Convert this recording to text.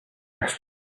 asked